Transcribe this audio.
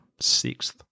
sixth